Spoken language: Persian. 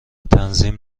تنظیم